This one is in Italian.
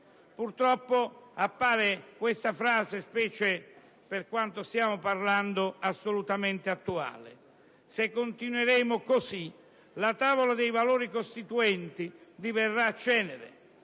purtroppo questa frase, specie per quello di cui stiamo parlando, appare assolutamente attuale. Se continueremo così, la tavola dei valori costituenti diverrà cenere: